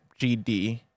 gd